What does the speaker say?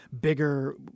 bigger